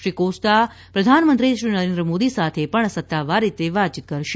Shri Costa પ્રધાનમંત્રી શ્રી નરેન્દ્રમોદી સાથે પણ સત્તાવાર રીતે વાત કરશે